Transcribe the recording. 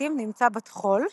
פגוציטים נמצא בטחול,